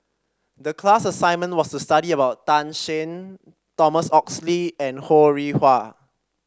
the class assignment was to study about Tan Shen Thomas Oxley and Ho Rih Hwa